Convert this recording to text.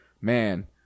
man